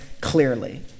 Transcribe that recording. clearly